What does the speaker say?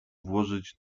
włożyć